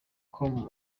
com